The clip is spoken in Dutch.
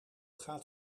gaat